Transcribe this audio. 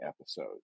episode